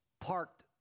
parked